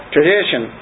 Tradition